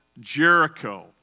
Jericho